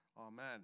amen